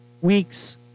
week's